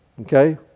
Okay